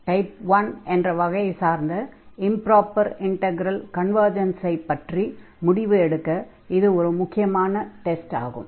type 1 என்ற வகையைச் சார்ந்த இம்ப்ராப்பர் இன்டக்ரல் கன்வர்ஜன்ஸை பற்றி முடிவு எடுக்க இது ஒரு முக்கியமான டெஸ்ட் ஆகும்